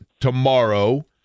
tomorrow